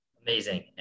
Amazing